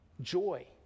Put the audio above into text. joy